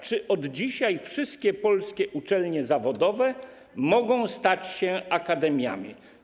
Czy od dzisiaj wszystkie polskie uczelnie zawodowe mogą stać się akademiami?